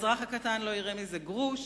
האזרח הקטן לא יראה מזה גרוש.